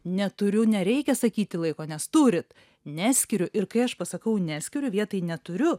neturiu nereikia sakyti laiko nes turit neskiriu ir kai aš pasakau neskiriu vietoj neturiu